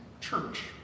church